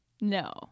no